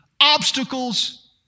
obstacles